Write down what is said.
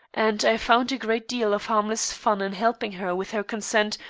and i found a great deal of harmless fun in helping her with her consent,